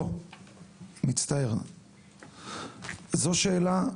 זו שאלה,